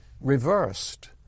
reversed